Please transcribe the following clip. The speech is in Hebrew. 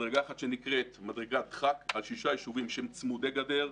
מדרגה אחת שנקראת מדרגת דחק על שישה יישובים שהם צמודי גדר.